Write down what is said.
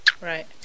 Right